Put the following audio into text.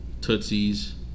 Tootsies